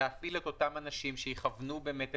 בעצמו או באמצעות